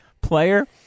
player